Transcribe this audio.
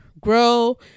grow